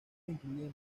incluyen